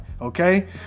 okay